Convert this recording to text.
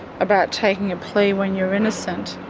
about taking a plea when you're innocent?